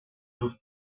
sus